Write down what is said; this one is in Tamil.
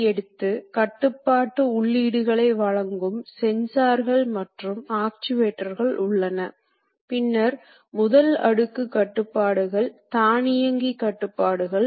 எடுத்துக்காட்டாக அடுத்த செயல்முறையான டிரில்லிங் ல் மீண்டும் ஒர்க்பீஸ் தான் இரு பரிமாண இயக்கத்தை கொண்டதாக இருக்கிறது